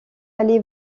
allé